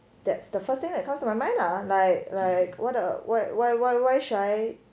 that's the first thing that comes to my mind ah like like what uh what why why why shall I